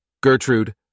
Gertrude